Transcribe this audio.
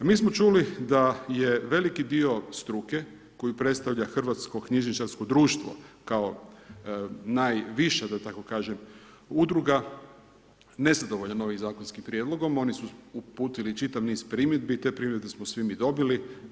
Mi smo čuli da je veliki dio struke koju predstavlja Hrvatsko-knjižničarsko društvo kao najviša da tako kažem udruga nezadovoljan ovim zakonskim prijedlogom, oni su uputili čitav niz primjedbi, te primjedbe smo svi mi dobili.